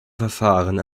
verfahren